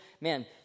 man